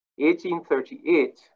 1838